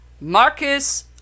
Marcus